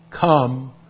come